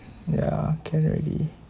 ya can already